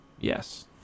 Yes